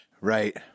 Right